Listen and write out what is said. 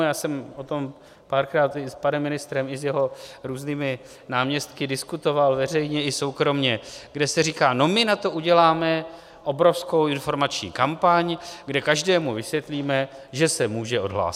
Já jsem o tom párkrát s panem ministrem i s jeho různými náměstky diskutoval veřejně i soukromě, kde se říká: No my na to uděláme obrovskou informační kampaň, kde každému vysvětlíme, že se může odhlásit.